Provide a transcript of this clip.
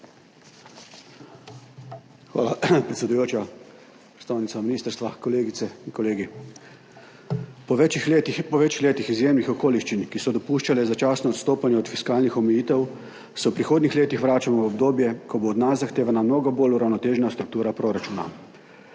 Hvala, predsedujoča. Predstavnica ministrstva, kolegice in kolegi! Po več letih in po več letih izjemnih okoliščin, ki so dopuščale začasno odstopanje od fiskalnih omejitev, se v prihodnjih letih vračamo v obdobje, ko bo od nas zahtevana mnogo bolj uravnotežena struktura proračuna.